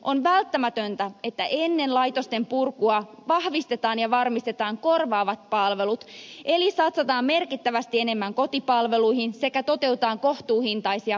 on välttämätöntä että ennen laitosten purkua vahvistetaan ja varmistetaan korvaavat palvelut eli satsataan merkittävästi enemmän kotipalveluihin sekä toteutetaan kohtuuhintaisia palveluasuntoja